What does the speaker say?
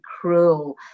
cruel